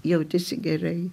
jautėsi gerai